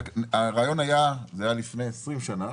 זה היה לפני יותר מ-20 שנה,